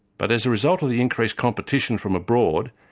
but as a result of the increased competition from abroad,